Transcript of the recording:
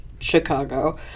Chicago